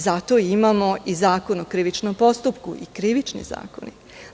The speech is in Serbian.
Zato imamo i Zakon o krivičnog postupku i Krivični zakonik.